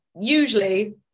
usually